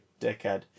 dickhead